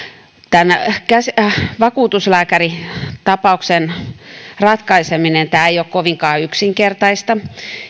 tämä koskettaa tämän vakuutuslääkäritapauksen ratkaiseminen ei ole kovinkaan yksinkertaista